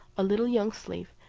a little young slave,